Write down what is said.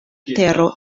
tero